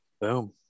Boom